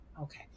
Okay